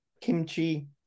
kimchi